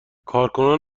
کارکنان